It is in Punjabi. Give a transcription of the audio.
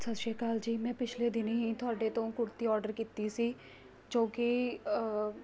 ਸਤਿ ਸ਼੍ਰੀ ਅਕਾਲ ਜੀ ਮੈਂ ਪਿਛਲੇ ਦਿਨ ਹੀ ਤੁਹਾਡੇ ਤੋਂ ਕੁੜਤੀ ਔਡਰ ਕੀਤੀ ਸੀ ਜੋ ਕਿ